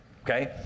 Okay